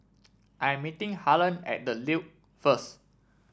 I am meeting Harlen at The Duke first